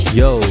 yo